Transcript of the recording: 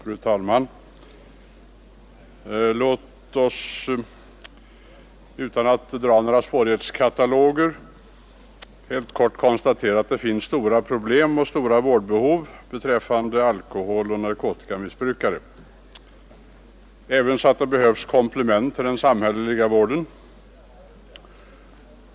Fru talman! Låt oss utan att dra några svårighetskataloger helt kort konstatera att det finns stora problem och stora vårdbehov beträffande alkoholoch narkotikamissbrukare och ävenså att det behövs komplement till den samhälleliga vården.